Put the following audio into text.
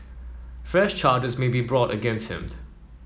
fresh charges may be brought against him